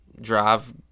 drive